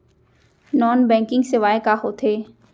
non banking सेवाएं का होथे